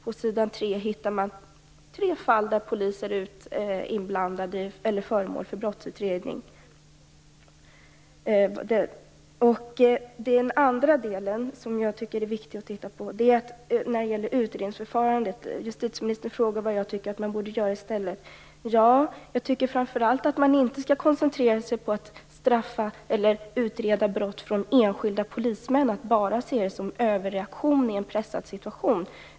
På s. 3 hittar man tre fall där poliser är föremål för brottsutredning. Den andra delen som jag tycker att det är viktigt att titta närmare på gäller utredningsförfarandet. Justitieministern frågade vad jag tycker att man borde göra i stället. Jag tycker framför allt att man inte skall koncentrera sig på att utreda brott som begåtts av enskilda polismän och enbart se det som en överreaktion i en pressad situation.